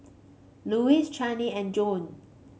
Luis Chanie and Joan